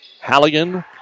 Halligan